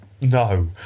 No